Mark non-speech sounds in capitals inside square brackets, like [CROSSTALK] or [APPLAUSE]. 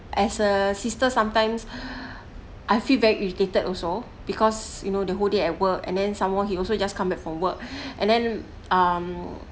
as a sister sometimes [BREATH] I feel very irritated also because you know the whole day at work and then some more he also just come back from work [BREATH] and then um